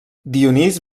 dionís